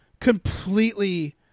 completely